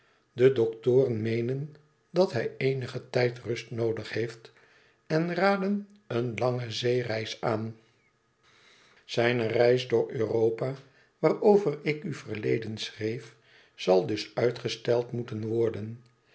de doktoren meenen dat hij eenigen tijd rust noodig heeft en raden een lange zeereis aan zijne reis door europa waarover ik u verleden schreef zal dus uitgesteld moeten worden